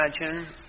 imagine